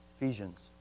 Ephesians